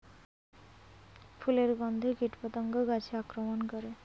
ফুলের গণ্ধে কীটপতঙ্গ গাছে আক্রমণ করে?